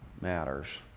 matters